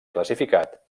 classificat